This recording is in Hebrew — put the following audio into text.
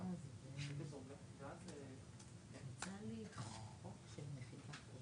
את רוצה לא לקבל תשובה?